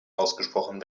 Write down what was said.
ausgesprochen